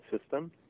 system